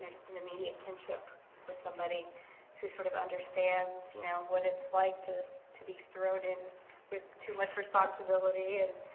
just an immediate kinship with somebody who sort of understands, you know, what it's like to to be thrown in with too much responsibility. and